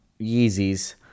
Yeezys